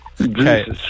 Okay